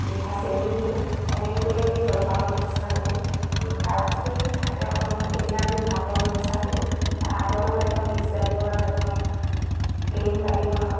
মিঠা চেনি দিওঁ এনেকৈ কৰি আমি জলপানৰ ব্যৱস্থা কৰো তাৰপিছতে যদি থাকে অকণমান সময় তেতিয়া আমি ভাতৰ ব্যৱস্থা কৰোঁ ভাতৰ লগত এখন মিক্স দালি বনাও এখন প্লেইন দালি বনাওঁ